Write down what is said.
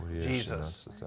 Jesus